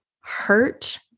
hurt